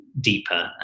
deeper